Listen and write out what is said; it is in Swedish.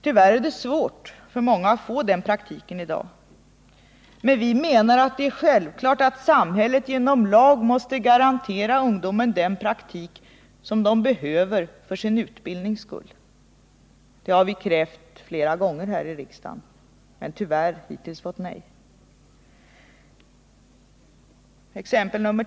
Tyvärr är det svårt för många att få den i dag. Vi menar att det är självklart att samhället genom lag skall garantera ungdomarna den praktik de behöver för sin utbildning. Det har vi krävt flera gånger här i riksdagen men tyvärr hittills fått nej.